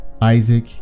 Isaac